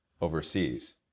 overseas